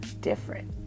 different